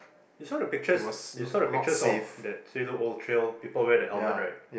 you saw the pictures you saw the pictures of that old trail people wear that helmet right